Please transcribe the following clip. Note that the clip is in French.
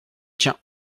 tien